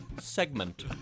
segment